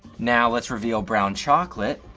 now let's reveal brown chocolate,